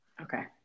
Okay